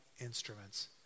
instruments